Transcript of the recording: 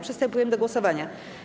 Przystępujemy do głosowania.